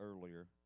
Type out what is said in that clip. earlier